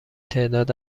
تعداد